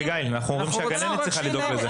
אנחנו אומרים שהגננת צריכה לדאוג לזה.